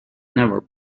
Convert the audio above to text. never